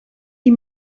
die